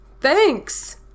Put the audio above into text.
Thanks